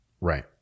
right